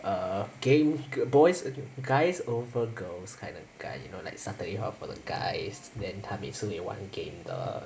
uh game boys guys over girls kind of guy you know like saturday out for the guys then 他每次会玩 game 的